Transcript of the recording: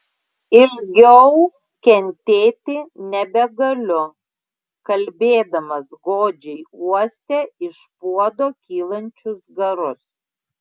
ilgiau kentėti nebegaliu kalbėdamas godžiai uostė iš puodo kylančius garus